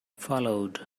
followed